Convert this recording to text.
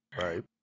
Right